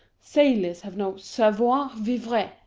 sailors have no savoir vivre.